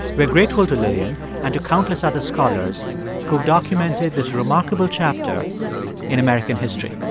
we're grateful to lillian and to countless other scholars who've documented this remarkable chapter in american history